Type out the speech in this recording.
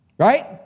Right